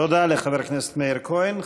תודה לחבר הכנסת מאיר כהן.